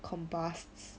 combust